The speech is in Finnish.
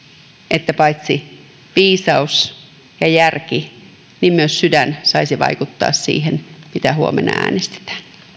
että paitsi viisaus ja järki myös sydän saisi vaikuttaa siihen mitä huomenna äänestetään